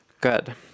good